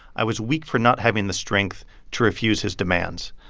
i was weak for not having the strength to refuse his demands.